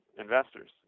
investors